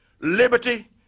liberty